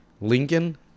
Lincoln